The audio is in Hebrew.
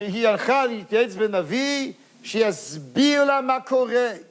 היא הלכה להתייעץ בנביא, שיסביר לה מה קורה.